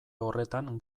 horretan